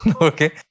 Okay